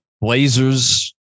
Blazers